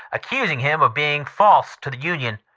accusing him of being false to the union.